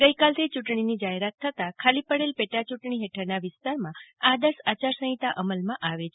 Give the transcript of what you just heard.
ગઇકાલથી ચૂંટણીની જાહેરાત થતાં ખાલી પડેલ પેટાચૂંટણી હેઠળના વિસ્તારમાં આદર્શ આચારસંહિતા અમલમાં આવે છે